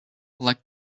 like